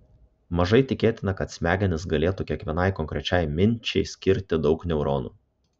mažai tikėtina kad smegenys galėtų kiekvienai konkrečiai minčiai skirti daug neuronų